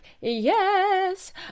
yes